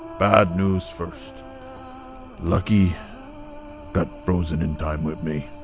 bad news first lucky got frozen in time with me